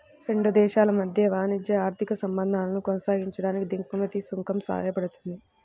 రెండు దేశాల మధ్య వాణిజ్య, ఆర్థిక సంబంధాలను కొనసాగించడానికి దిగుమతి సుంకం సాయపడుతుంది